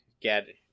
get